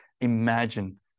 Imagine